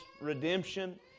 redemption